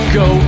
go